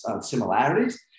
similarities